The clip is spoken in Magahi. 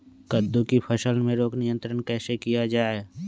कददु की फसल में रोग नियंत्रण कैसे किया जाए?